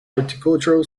horticultural